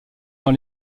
dans